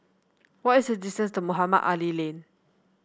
what is the distance to Mohamed Ali Lane